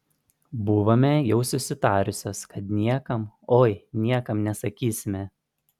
buvome jau susitarusios kad niekam oi niekam nesakysime